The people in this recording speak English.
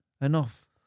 Enough